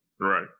right